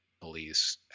police